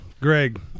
Greg